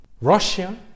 Russia